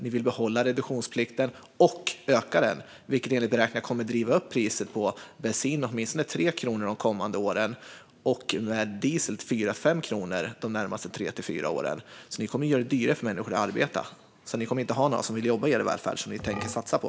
Ni vill behålla reduktionsplikten och öka den, vilket enligt beräkningar kommer att driva upp priset på bensin med åtminstone 3 kronor de kommande åren och på diesel med 4-5 kronor de närmaste tre till fyra åren. Ni kommer att göra det dyrare för människor att arbeta. Ni kommer inte att ha några som vill jobba i er välfärd som ni tänker satsa på.